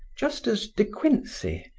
just as de quincey,